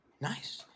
nice